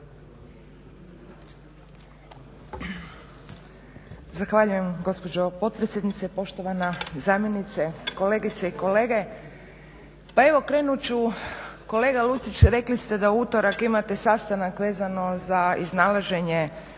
Zahvaljujem gospođo potpredsjednice. Poštovana zamjenice, kolegice i kolege. Pa evo, krenut ću, kolega Lucić rekli ste da u utorak imate sastanak vezano za iznalaženje